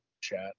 chat